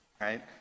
Right